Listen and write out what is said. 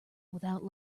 without